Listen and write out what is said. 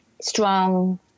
strong